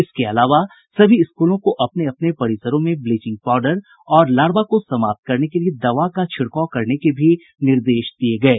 इसके अलावा सभी स्कूलों को अपने अपने परिसरों में ब्लीचिंग पाउडर और लार्वा को समाप्त करने के लिए दवा का छिड़काव करने का भी निर्देश दिया गया है